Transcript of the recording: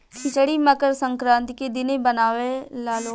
खिचड़ी मकर संक्रान्ति के दिने बनावे लालो